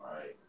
Right